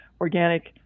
organic